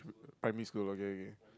primary school okay okay